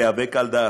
תיאבק על דעתך,